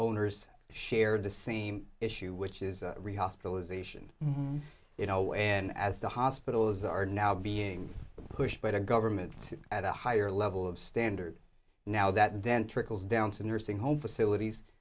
owners shared the same issue which is rehospitalization you know and as the hospitals are now being pushed by the government at a higher level of standard now that then trickles down to nursing home facilities